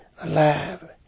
alive